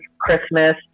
Christmas